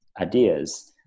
ideas